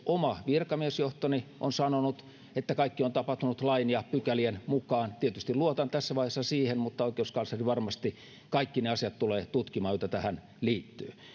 oma virkamiesjohtoni on sanonut että kaikki on tapahtunut lain ja pykälien mukaan tietysti luotan tässä vaiheessa siihen mutta oikeuskansleri varmasti tulee tutkimaan kaikki ne asiat joita tähän liittyy